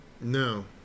No